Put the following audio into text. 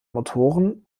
motoren